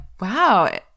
wow